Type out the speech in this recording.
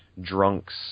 drunks